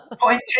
Point